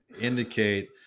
indicate